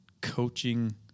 coaching